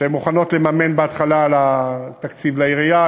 הן מוכנות לממן בהתחלה תקציב לעירייה,